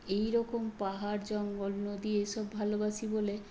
এই রকম পাহাড় জঙ্গল নদী এসব ভালোবাসি বলে